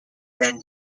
then